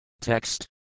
Text